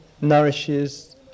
nourishes